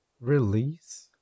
release